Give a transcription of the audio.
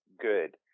good